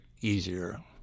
easier